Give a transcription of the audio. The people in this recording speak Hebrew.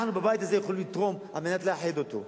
אנחנו, בבית הזה, יכולים לתרום על מנת לאחד אותו,